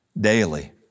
daily